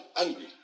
angry